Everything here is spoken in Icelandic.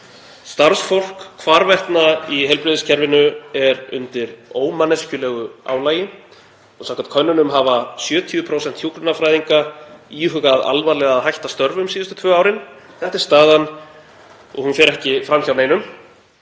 Starfsfólk hvarvetna í heilbrigðiskerfinu er undir ómanneskjulegu álagi og samkvæmt könnunum hafa 70% hjúkrunarfræðinga íhugað alvarlega að hætta störfum síðustu tvö árin. Þetta er staðan og hún fer ekki fram hjá neinum.